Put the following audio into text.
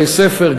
בתי-ספר,